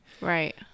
Right